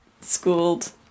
schooled